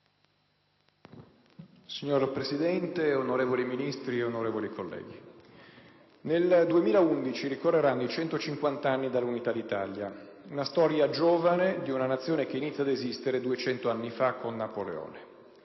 Signora Presidente, onorevoli Ministri, onorevoli colleghi, nel 2011 ricorreranno i 150 anni dall'Unità d'Italia; è una storia giovane di una Nazione che inizia ad esistere 200 anni fa con Napoleone.